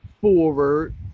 forward